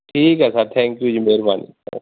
ਠੀਕ ਹੈ sir thank you ji ਮਿਹਰਬਾਨੀ ਧ